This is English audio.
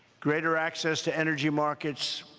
greater access to energy markets,